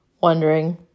wondering